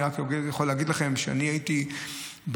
אני רק יכול להגיד לכם שכשאני הייתי בסיבוב